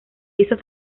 hizo